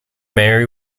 mary